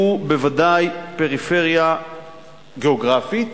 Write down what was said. שהוא בוודאי פריפריה גיאוגרפית,